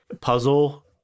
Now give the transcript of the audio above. puzzle